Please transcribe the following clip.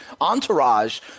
entourage